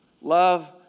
Love